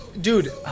Dude